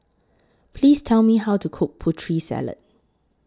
Please Tell Me How to Cook Putri Salad